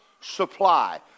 supply